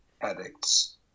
addicts